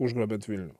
užgrobiant vilnių